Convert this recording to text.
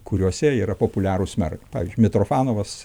kuriuose yra populiarūs merai pavyzdžiui mitrofanovas